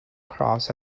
cross